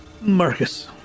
Marcus